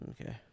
Okay